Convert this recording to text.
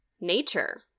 nature